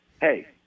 hey